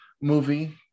movie